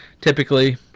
typically